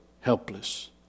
helpless